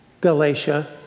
Galatia